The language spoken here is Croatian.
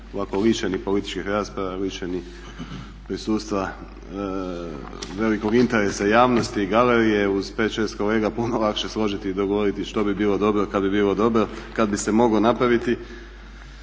ovako lišeni političkih rasprava više ni prisustva velikog interesa javnosti i galerije uz 5, 6 kolega puno lakše složiti i dogovoriti što bi bilo dobro kada bi bilo dobro, kada bi se moglo napraviti.